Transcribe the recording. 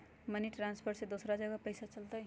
Money transfer से दूसरा जगह पईसा चलतई?